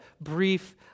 brief